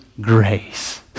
grace